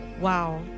wow